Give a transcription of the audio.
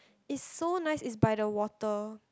is so nice is by the water